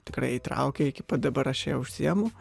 tikrai įtraukė iki pat dabar aš ja užsiimu